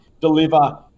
deliver